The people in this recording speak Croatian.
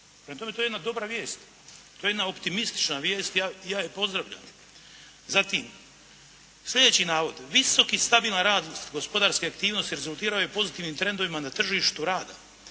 Prema tome to je jedna dobra vijest. To je jedna optimistična vijest i ja je pozdravljam. Zatim sljedeći navod, visok i stabilan rast gospodarske aktivnosti rezultirao je pozitivnim trendovima na tržištu rada.